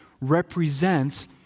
represents